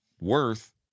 worth